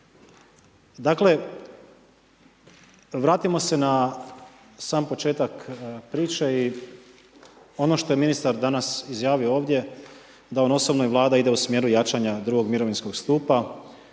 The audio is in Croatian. Dakle, vratimo se na sam početak priče i ono što je ministar danas izjavio ovdje da on osobno i Vlada ide u smjeru jačanja drugog mirovinskog stupa